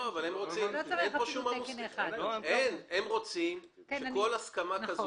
אבל עכשיו הם רוצים שכל הסכמה כזאת